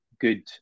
good